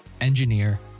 engineer